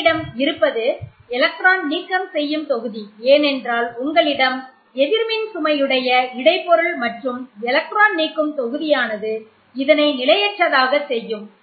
உங்களிடம் இருப்பது எலக்ட்ரான் நீக்கம் செய்யும் தொகுதி ஏனென்றால் உங்களிடம் எதிர்மின் சுமை உடைய இடை பொருள் மற்றும் எலக்ட்ரான் நீக்கும் தொகுதியானது இதனை நிலையற்றதாக செய்யும்